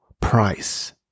price